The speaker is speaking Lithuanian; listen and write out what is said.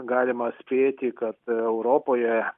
galima spėti kad europoje